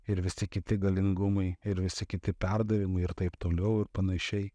ir visi kiti galingumai ir visi kiti perdavimai ir taip toliau ir panašiai